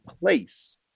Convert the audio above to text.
place